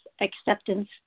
acceptance